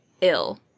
ill